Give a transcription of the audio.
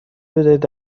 بدهید